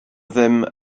ddim